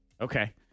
Okay